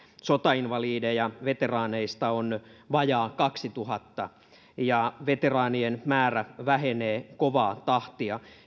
sotainvalideja veteraaneista on vajaa kaksituhatta ja veteraanien määrä vähenee kovaa tahtia